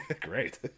Great